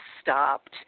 stopped